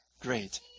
great